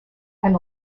and